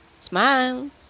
Smile